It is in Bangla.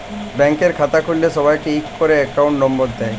ব্যাংকের খাতা খুল্ল্যে সবাইকে ইক ক্যরে একউন্ট লম্বর দেয়